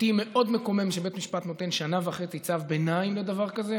אותי מאוד מקומם שבית משפט נותן שנה וחצי צו ביניים לדבר כזה.